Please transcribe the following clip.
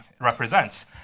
represents